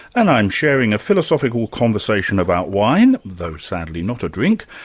and i'm sharing a philosophical conversation about wine, though sadly not a drink,